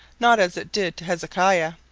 not as it did to hezekiah,